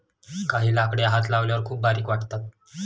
काही लाकडे हात लावल्यावर खूप बारीक वाटतात